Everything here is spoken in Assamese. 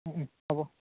ওম হ'ব